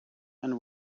and